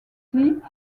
lee